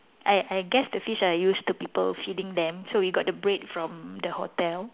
I I guess the fish are used to people feeding them so we got the bread from the hotel